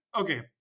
okay